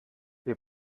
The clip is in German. wir